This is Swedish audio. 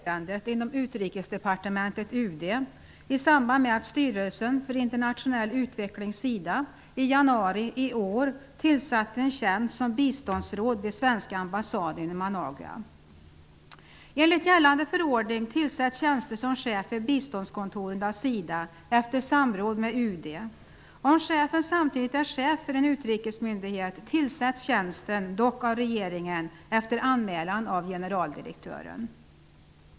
Herr talman! Konstitutionsutskottet har efter anmälan tagit upp till granskning agerandet inom Styrelsen för internationell utveckling, SIDA, i januari i år tillsatte en tjänst som biståndsråd vid svenska ambassaden i Managua. Enligt gällande förordning tillsätts tjänster som chef vid biståndskontoren av SIDA efter samråd med UD. Om chefen samtidigt är chef för en utrikesmyndighet, tillsätts tjänsten dock av regeringen efter anmälan av generaldirektören.